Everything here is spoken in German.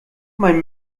mein